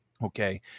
Okay